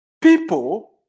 people